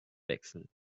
wechsel